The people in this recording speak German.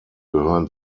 gehören